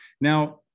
Now